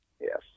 Yes